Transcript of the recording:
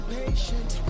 patient